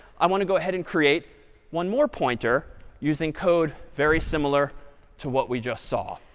i want to go ahead and create one more pointer using code very similar to what we just saw.